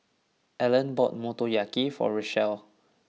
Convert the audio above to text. Ellen bought Motoyaki for Richelle